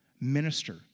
minister